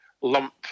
lump